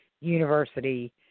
university